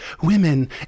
women